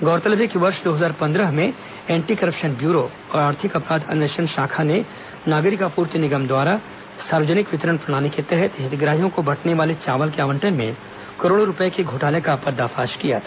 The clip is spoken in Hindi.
गौरतलब है कि वर्ष दो हजार पन्द्रह में एंटी करप्शन ब्यूरो और आर्थिक अपराध अन्वेषण शाखा ने नागरिक आपूर्ति निगम द्वारा सार्वजनिक वितरण प्रणाली के तहत हितग्राहियों को बटने वाले चावल के आवंटन में करोड़ों रूपए के घोटाले का पर्दाफाश किया था